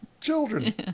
children